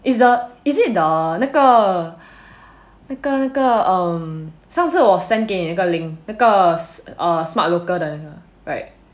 is the is it the 那个 那个那个 um 上次我 send 给你个那个 link err 那个 err smart local 的 right